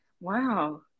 wow